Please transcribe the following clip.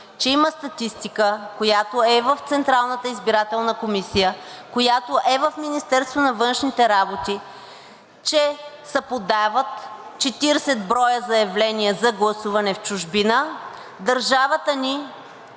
че има статистика, която е в Централната избирателна комисия, която е в Министерството на външните работи, че се подават 40 броя заявления за гласуване в чужбина. Държавата ни